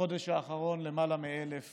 בחודש האחרון למעלה מ-1,000